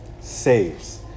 saves